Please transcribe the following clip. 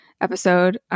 episode